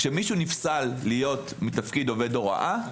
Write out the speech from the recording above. כשמישהו נפסל להיות מתפקיד עובד הוראה,